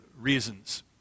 reasons